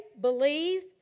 believe